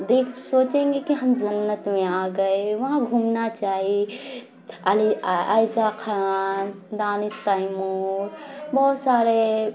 دیکھ سوچیں گے کہ ہم جنت میں آ گئے وہاں گھومنا چاہیے علی عائسہ خان دانش تیمور بہت سارے